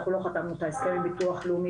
אנחנו לא חתמנו את ההסכם עם ביטוח לאומי